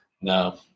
No